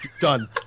done